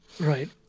Right